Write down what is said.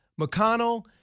McConnell